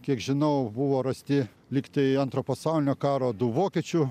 kiek žinau buvo rasti liktai antro pasaulinio karo du vokiečių